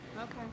Okay